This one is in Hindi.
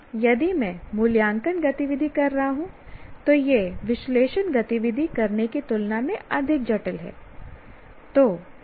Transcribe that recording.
यदि मैं मूल्यांकन गतिविधि कर रहा हूं तो यह विश्लेषण गतिविधि करने की तुलना में अधिक जटिल है